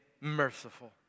merciful